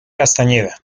castañeda